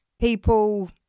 people